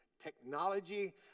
technology